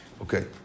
Okay